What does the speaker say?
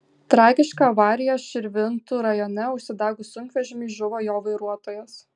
tragiška avarija širvintų rajone užsidegus sunkvežimiui žuvo jo vairuotojas